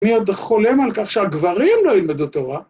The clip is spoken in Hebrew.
מי עוד חולם על כך שהגברים לא ילמדו תורה